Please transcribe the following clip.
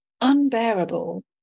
unbearable